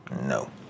No